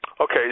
okay